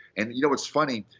and you know what's funny,